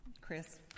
Chris